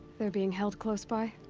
they're being held close by?